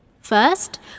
First